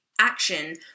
action